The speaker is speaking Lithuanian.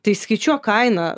tai skaičiuok kainą